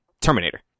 Terminator